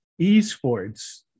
eSports